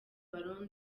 ballon